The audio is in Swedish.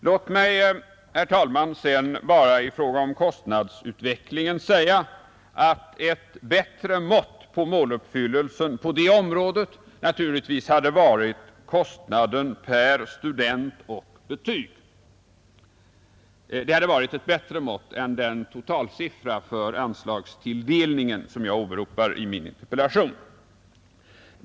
Låt mig, herr talman, sedan i fråga om kostnadsutvecklingen bara säga att ett bättre mått på måluppfyllelsen härvidlag hade varit kostnaden per student och betyg — det hade varit ett bättre mått än den totalsiffra för anslagstilldelningen som jag åberopar i min interpellation.